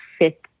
fit